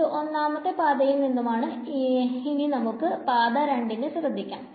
ഇത് ഒന്നാമത്തെ പാതയിൽ നിന്നുമാണ് ഇനി നമുക്ക് പാത 2 നെ ശ്രദ്ധിക്കാം